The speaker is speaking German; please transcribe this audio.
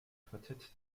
quartett